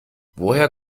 woher